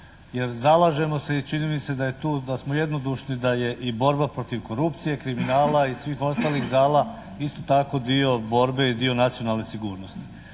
jer zalažemo se i čini mi se da je tu, da smo jednodušni da je i borba protiv korupcije, kriminala i svih ostalih zala isto tako dio borbe i dio nacionalne sigurnosti.